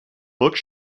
book